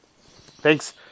thanks